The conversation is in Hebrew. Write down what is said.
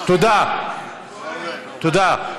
תודה, תודה.